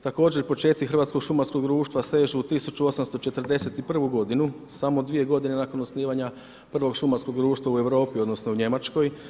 Također počeci Hrvatskog šumarskog društva sežu u 1841. godinu, samo dvije godine nakon osnivanja prvog šumarskog društva u Europi, odnosno u Njemačkoj.